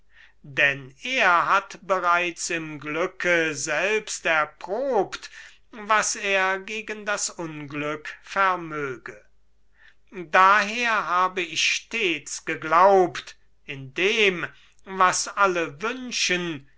denn er hat bereits im glücke selbst erprobt was er gegen das unglück vermöge daher habe ich stets geglaubt in dem was alle wünschen